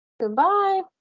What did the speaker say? Goodbye